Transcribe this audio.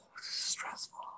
Stressful